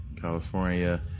California